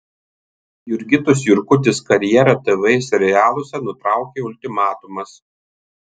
jurgitos jurkutės karjerą tv serialuose nutraukė ultimatumas